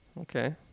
Okay